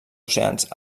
oceans